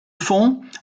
fond